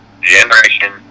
generation